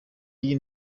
y’iyi